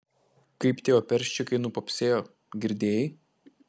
kaip tie operščikai nupopsėjo girdėjai